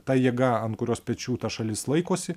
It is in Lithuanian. ta jėga ant kurios pečių ta šalis laikosi